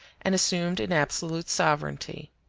and assumed an absolute sovereignty.